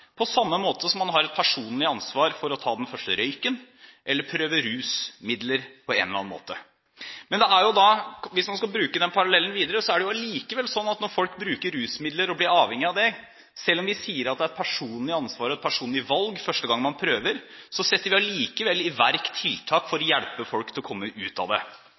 på samme måte som man har et personlig ansvar for å ta den første røyken eller prøve rusmidler på en eller annen måte. Hvis man skal bruke den parallellen videre, er det likevel slik at når folk bruker rusmidler og blir avhengig av det, selv om vi sier at det er et personlig ansvar og et personlig valg første gang de prøver, setter vi allikevel i verk tiltak for å hjelpe folk til å komme ut av det.